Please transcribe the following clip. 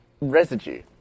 residue